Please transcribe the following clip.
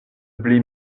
blé